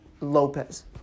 Lopez